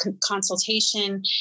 consultation